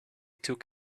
took